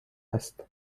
است